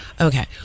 Okay